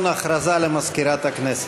הודעה למזכירת הכנסת.